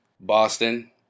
Boston